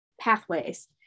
pathways